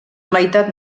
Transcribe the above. meitat